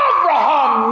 Abraham